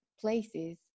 places